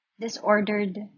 disordered